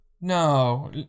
No